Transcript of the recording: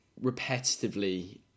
repetitively